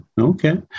Okay